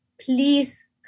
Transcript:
please